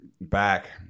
back